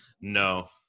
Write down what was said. no